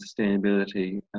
sustainability